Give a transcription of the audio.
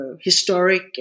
historic